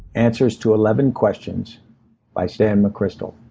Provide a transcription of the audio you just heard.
answers to eleven questions by stan mcchrystal.